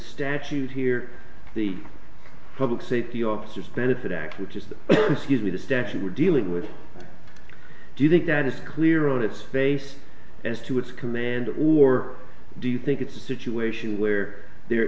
statute here the public safety officers benefit act which is usually the statute we're dealing with do you think that it's clear on its face as to its command or do you think it's a situation where there